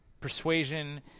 Persuasion